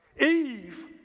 Eve